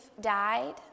died